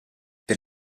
per